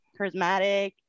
charismatic